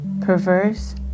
Perverse